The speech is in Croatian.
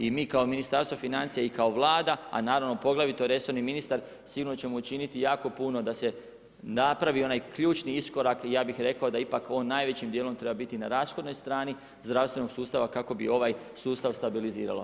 I mi kao Ministarstvo financija, i kao Vlada, a naravno poglavito resorni ministar, sigurno ćemo učiniti jako puno da se napravi onaj ključni iskorak i ja bih rekao da ipak on najvećim dijelom treba biti na rashodnoj strani zdravstvenog sustava kako bi ovaj sustav stabiliziralo.